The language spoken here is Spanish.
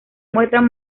muestran